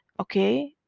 okay